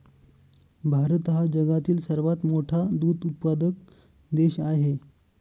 भारत हा जगातील सर्वात मोठा दूध उत्पादक देश आहे